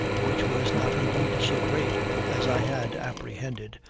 which was not indeed so great as i had apprehended,